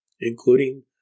including